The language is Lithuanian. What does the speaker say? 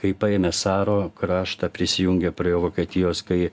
kai paėmė saro kraštą prisijungė prie vokietijos kai